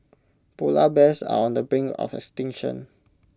Polar Bears are on the brink of extinction